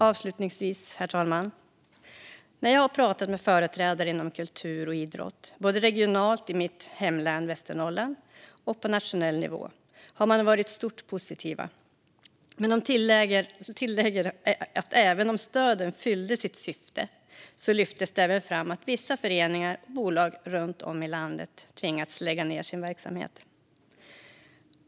Avslutningsvis, herr talman: När jag har pratat med företrädare inom kultur och idrott, både regionalt i mitt hemlän Västernorrland och på nationell nivå, har de i stort varit positiva. Men de tillägger att även om stöden fyllde sitt syfte har det lyfts fram att vissa föreningar och bolag runt om i landet tvingats lägga ned sin verksamhet.